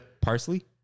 Parsley